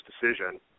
decision